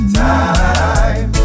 time